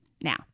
Now